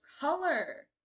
color